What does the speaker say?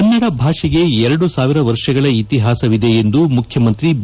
ಕನ್ನಡ ಭಾಷೆಗೆ ಎರಡು ಸಾವಿರ ವರ್ಷಗಳ ಇತಿಹಾಸವಿದೆ ಎಂದು ಮುಖ್ಯಮಂತ್ರಿ ಬಿ